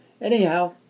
Anyhow